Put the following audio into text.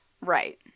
Right